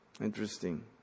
Interesting